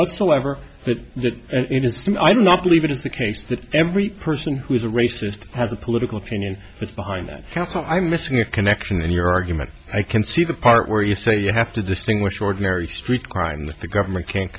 whatsoever i do not believe it is the case that every person who is a racist has a political opinion but behind that i'm missing a connection in your argument i can see the part where you say you have to distinguish ordinary street crime that the government can't